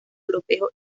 europeo